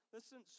Listen